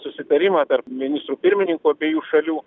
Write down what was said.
susitarimą tarp ministrų pirmininkų abiejų šalių